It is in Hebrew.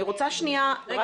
אני רוצה לעצור